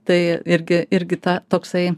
tai irgi irgi tą toksai